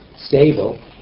stable